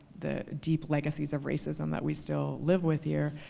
the deep legacies of racism that we still live with here.